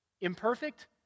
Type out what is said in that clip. Imperfect